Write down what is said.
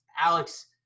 Alex